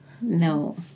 no